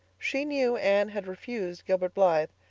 she knew anne had refused gilbert blythe.